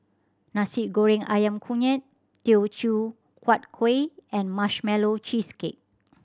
Nasi Goreng Ayam Kunyit Teochew Huat Kueh and Marshmallow Cheesecake